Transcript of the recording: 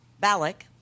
Balak